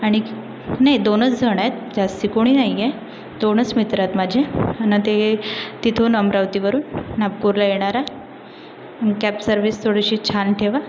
आणिक् नाही दोनच जण आहेत जास्त कोणी नाही आहे दोनच मित्र आहेत माझे अन् ते तिथून अमरावतीवरून नागपूरला येणार आ कॅब सर्विस थोडीशी छान ठेवा